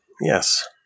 Yes